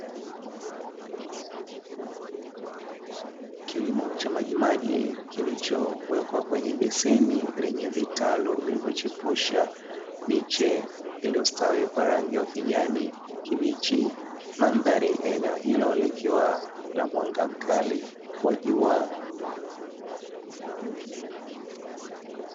Kilimo cha majimaji, kilichowekwa kwenye beseni, lenye vitalu vilivyochipusha miche iliyostawi kwa rangi ya ukijani kibichi, mandhari ya eneo likiwa la mwanga mkali wa jua.